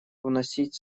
вносить